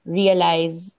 realize